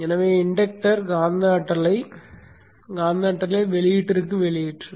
எனவே இன்டக்டர் காந்த ஆற்றலை வெளியீட்டிற்கு வெளியேற்றும்